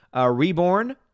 Reborn